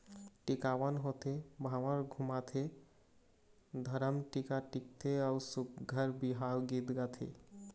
टिकावन होथे, भांवर घुमाथे, धरम टीका टिकथे अउ सुग्घर बिहाव गीत गाथे